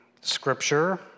scripture